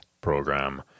program